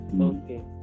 Okay